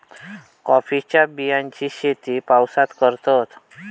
कॉफीच्या बियांची शेती पावसात करतत